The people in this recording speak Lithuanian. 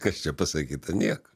kas čia pasakyta nieko